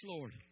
Lord